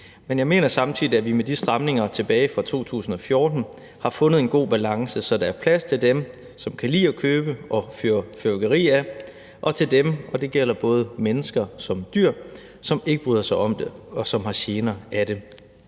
men jeg mener samtidig, at vi med de stramninger tilbage fra 2014 har fundet en god balance, så der er plads til dem, som kan lide at købe og fyre fyrværkeri af, og til dem, og det gælder både mennesker og dyr, som ikke bryder sig om det, og som har gener af det.